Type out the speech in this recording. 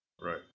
right